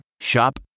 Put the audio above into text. Shop